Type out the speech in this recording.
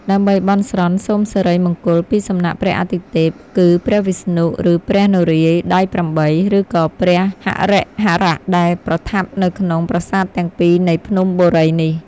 ដើម្បីបន់ស្រន់ សូមសិរីមង្គល ពី សំណាក់ព្រះអាទិទេព គឺព្រះវិស្ណុ ឬព្រះនរាយណ៍ដៃ៨ ឬក៏ព្រះហរិហរៈ ដែលប្រថាប់នៅក្នុង ប្រាសាទទាំងពីរនៃភ្នំបូរីនេះ ។